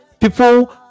people